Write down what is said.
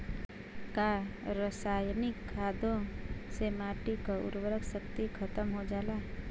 का रसायनिक खादों से माटी क उर्वरा शक्ति खतम हो जाला?